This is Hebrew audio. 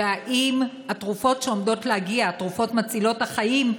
האם התרופות שעומדות להגיע, התרופות מצילות החיים,